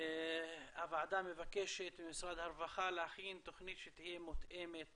הוועדה מבקשת ממשרד הרווחה להכין תוכנית שתהיה מותאמת